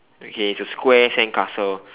okay it's a square sandcastle